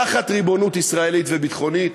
תחת ריבונות ישראלית ביטחונית,